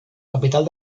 capital